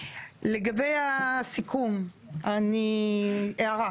לגבי הסיכום, הערה.